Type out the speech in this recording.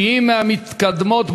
שהיא מהמתקדמות בעולם: